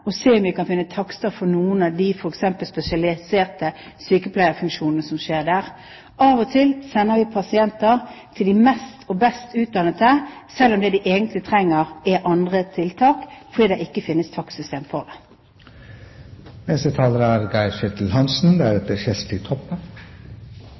å se om vi f.eks. kan finne takster for noen av de spesialiserte sykepleierfunksjonene som skjer der. Av og til sender vi pasienter til de beste og mest utdannede, selv om det de egentlig trenger, er andre tiltak, fordi det ikke finnes takstsystem. Det er